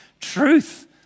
truth